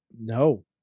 No